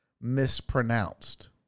mispronounced